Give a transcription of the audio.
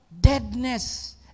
deadness